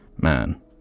man